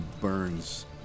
burns